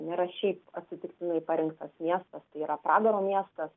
nėra šiaip atsitiktinai parinktas miestas tai yra pragaro miestas